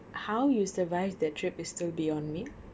how you survive that trip is still beyond me